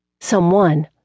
someone